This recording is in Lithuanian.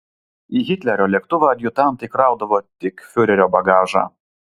į hitlerio lėktuvą adjutantai kraudavo tik fiurerio bagažą